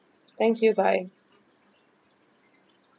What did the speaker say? thank you bye